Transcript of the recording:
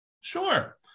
sure